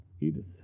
Edith